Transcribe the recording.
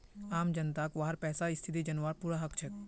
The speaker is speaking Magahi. आम जनताक वहार पैसार स्थिति जनवार पूरा हक छेक